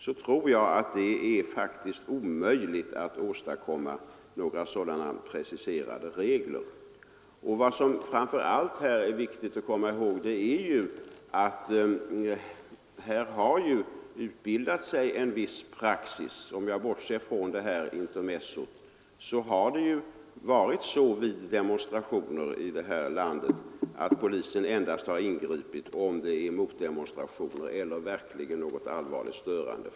Jag tror att det är omöjligt att åstadkomma några sådana preciserade regler. Vad som framför allt är viktigt att komma ihåg är att det här har utbildats en viss praxis. Om jag bortser från detta intermezzo så har i vårt land polisen ingripit vid demonstration endast om det förekommit motdemonstrationer eller verkligen något allvarligt störande.